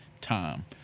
time